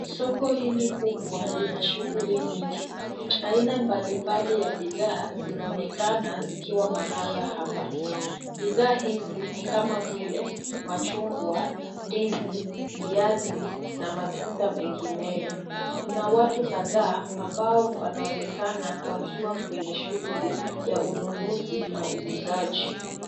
Soko hili kubwa lina shuhuli nyingi. Haina mbalimbali ya bidhaa zinaonekana zikiwa mahala hapa. Bidhaa hizi ni kama vile machungwa, ndizi, viazi na matunda mengineyo. Kuna watu kadhaa ambao wanaonekana wakiwa kwenye shughuli ya ununuzi na uuzaji.